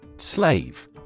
Slave